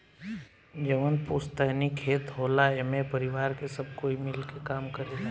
जवन पुस्तैनी खेत होला एमे परिवार के सब कोई मिल के काम करेला